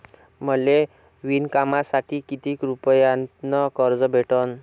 मले विणकामासाठी किती रुपयानं कर्ज भेटन?